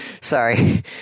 Sorry